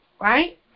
Right